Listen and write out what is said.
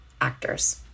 actors